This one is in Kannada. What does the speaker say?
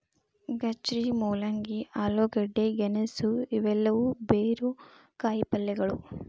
ಗಜ್ಜರಿ, ಮೂಲಂಗಿ, ಆಲೂಗಡ್ಡೆ, ಗೆಣಸು ಇವೆಲ್ಲವೂ ಬೇರು ಕಾಯಿಪಲ್ಯಗಳು